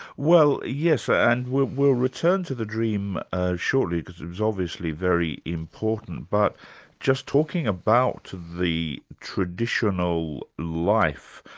well yes, and we'll we'll return to the dream ah shortly, because it's obviously very important, but just talking about the traditional life,